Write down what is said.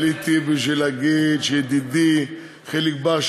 עליתי בשביל להגיד שידידי חיליק בר,